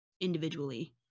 individually